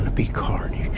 be carnage.